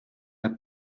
het